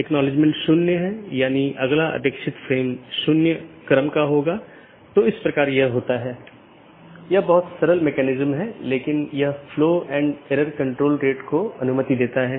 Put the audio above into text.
तो यह AS संख्याओं का एक सेट या अनुक्रमिक सेट है जो नेटवर्क के भीतर इस राउटिंग की अनुमति देता है